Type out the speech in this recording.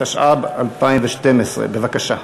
התשע"ב 2012. בבקשה.